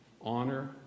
honor